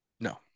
no